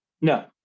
no